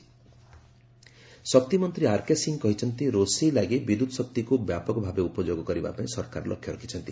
power minister ଶକ୍ତିମନ୍ତ୍ରୀ R ସିଂହ କହିଛନ୍ତି ରୋଷେଇ ଲାଗି ବିଦ୍ୟୁତ୍ ଶକ୍ତିକୁ ବ୍ୟାପକ ଭାବେ ଉପଯୋଗ କରିବାପାଇଁ ସରକାର ଲକ୍ଷ୍ୟ ରଖିଛନ୍ତି